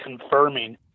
confirming